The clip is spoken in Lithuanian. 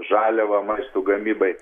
žaliavą maisto gamybai